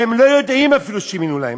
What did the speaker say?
והם לא יודעים אפילו שמינו להם,